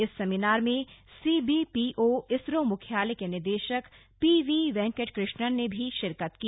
इस सेमिनार में सीबीपीओ इसरो मुख्यालय के निदेशक पीवी वेकेंटकृष्णन ने भी शिकरत की